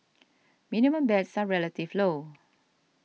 minimum bets are relatively low